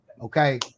okay